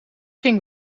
ging